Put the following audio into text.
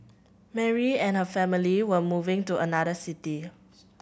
Mary and her family were moving to another city